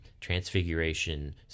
transfiguration